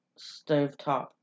stovetop